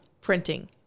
printing